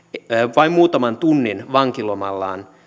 vain muutaman tunnin vankilomallaan